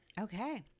Okay